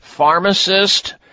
pharmacist